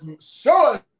sure